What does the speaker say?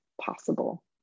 possible